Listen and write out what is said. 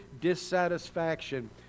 dissatisfaction